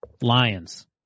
Lions